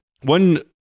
one